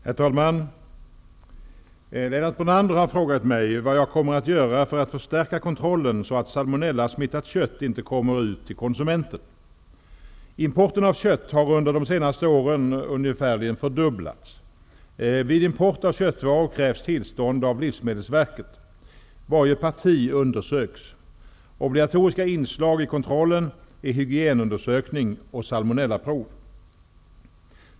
Herr talman! Lennart Brunander har frågat mig vad jag kommer att göra för att förstärka kontrollen så att salmonellasmittat kött inte kommer ut till konsumenten. Importen av kött har under de senaste åren ungefärligen fördubblats. Vid import av köttvaror krävs tillstånd av Livsmedelsverket. Varje parti undersöks. Obligatoriska inslag i kontrollen är hygienundersökning och salmonellaprov.